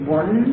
one